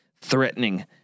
threatening